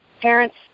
parents